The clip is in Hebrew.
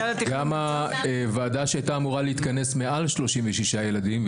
למה וועדה שהייתה אמורה להתכנס מעל 36 ילדים,